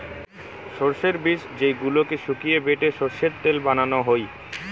সরষের বীজ যেইগুলোকে শুকিয়ে বেটে সরষের তেল বানানো হই